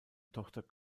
tochter